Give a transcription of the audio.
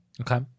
Okay